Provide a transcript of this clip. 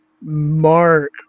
mark